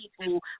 people